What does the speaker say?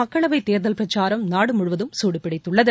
மக்களவை தேர்தல் பிரச்சாரம் நாடு முழுவதும் சூடுபிடித்துள்ளது